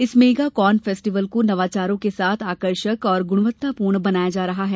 इस mega corn festival को नवाचारों के साथ आकर्षक और गुणवत्तापूर्ण बनाया जा रहा है